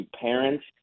parents